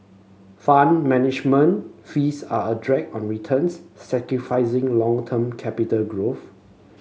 Fund Management fees are a drag on returns sacrificing long term capital growth